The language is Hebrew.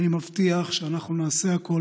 אני מבטיח שאנחנו נעשה הכול,